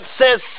says